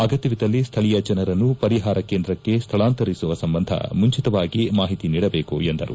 ಅಗತ್ಯವಿದ್ದಲ್ಲಿ ಸ್ಥಳೀಯ ಜನರನ್ನು ಪರಿಹಾರ ಕೇಂದ್ರಕ್ಕೆ ಸ್ಥಳಾಂತರಿಸುವ ಸಂಬಂಧ ಮುಂಚಿತವಾಗಿ ಮಾಹಿತಿ ನೀಡಬೇಕು ಎಂದರು